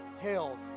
hell